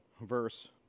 verse